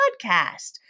podcast